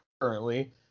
currently